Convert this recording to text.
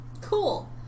Cool